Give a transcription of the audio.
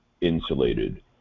insulated